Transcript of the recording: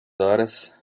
horas